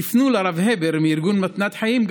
תפנו לרב הבר מארגון מתנת חיים,